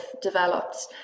developed